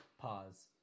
pause